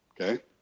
okay